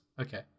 Okay